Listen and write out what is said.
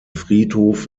friedhof